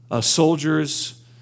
soldiers